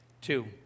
Two